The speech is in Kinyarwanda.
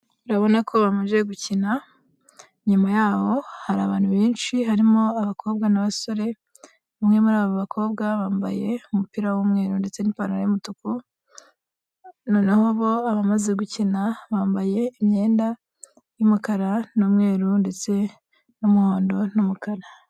Urabona ko bamaze gukina nyuma yaho hari abantu benshi harimo abakobwa n'abasore umwe muri aba bakobwa bambaye umupira w'umweru ndetse n'ipantaro y'umutuku. Noneho bo abamaze gukina bambaye imyenda y'umukara n'umweru ndetse n'umuhondo n'umukara.